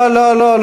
לא, לא.